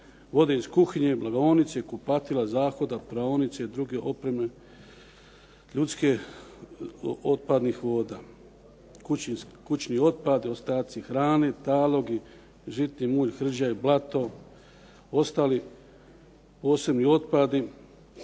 vode iz kuhinje, blagovaonice, kupatila, zahoda, praonice i druge opreme ljudske otpadnih voda, kućni otpad, ostaci hrane, talozi, žitni mulj, hrđa i blato, ostali posebni otpadi.